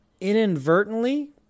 inadvertently